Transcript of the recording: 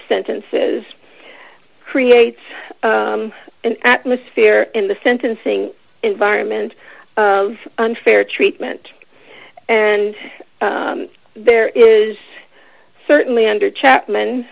sentences creates an atmosphere in the sentencing environment of unfair treatment and there is certainly under chapman